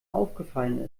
aufgefallen